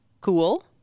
Cool